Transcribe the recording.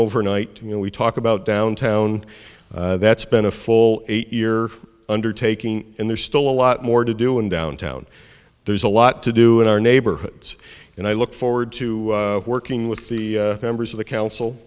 overnight you know we talk about downtown that's been a full eight year undertaking and there's still a lot more to do in downtown there's a lot to do in our neighborhoods and i look forward to working with the members of the council